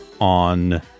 on